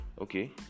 Okay